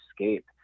escape